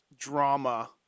Drama